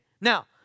Now